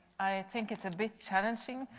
i think it is a bit challenging.